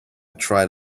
tried